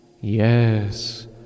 yes